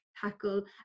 tackle